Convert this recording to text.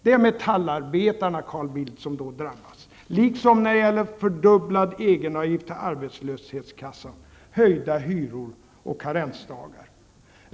Det är metallarbetarna, Carl Bildt, som då drabbas liksom av fördubblad egenavgift till arbetslöshetskassan, höjda hyror och karensdagar.